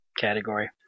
category